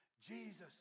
Jesus